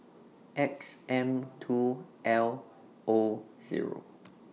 X M two L O Zero